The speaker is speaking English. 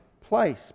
place